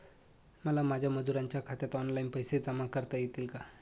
मला माझ्या मजुरांच्या खात्यात ऑनलाइन पैसे जमा करता येतील का?